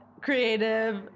creative